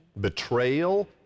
betrayal